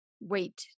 wait